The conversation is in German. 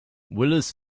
willis